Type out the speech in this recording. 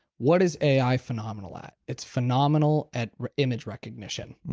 what is ai phenomenal at? it's phenomenal at image recognition.